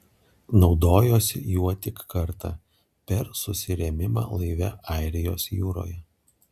naudojosi juo tik kartą per susirėmimą laive airijos jūroje